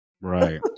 Right